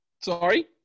Sorry